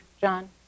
John